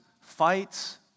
fights